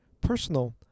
personal